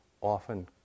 often